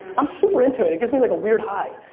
i'm super into it. it gives me like a weird high.